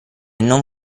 non